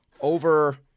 over